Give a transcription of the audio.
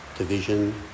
division